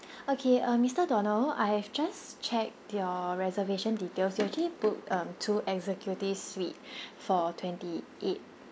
okay uh mister donald I have just checked your reservation details you actually book um two executive suite for twenty eight